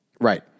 Right